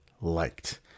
liked